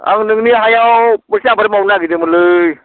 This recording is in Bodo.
आं नोंनि हायाव मोनसे आबाद मावनो नागेरदोंमोनलै